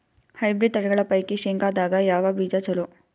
Hybrid ತಳಿಗಳ ಪೈಕಿ ಶೇಂಗದಾಗ ಯಾವ ಬೀಜ ಚಲೋ?